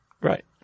Right